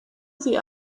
sie